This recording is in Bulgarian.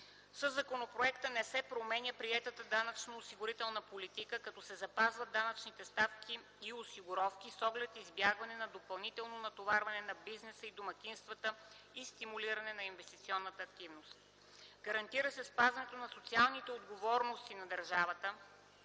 Със законопроекта: - не се променя приетата данъчно осигурителната политика, като се запазват данъчните ставки и осигуровки, с оглед избягване на допълнително натоварване на бизнеса и домакинствата и стимулирането на инвестиционната активност; - гарантира се спазването на социалните отговорности на държавата